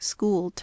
School